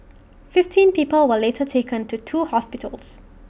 fifteen people were later taken to two hospitals